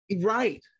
right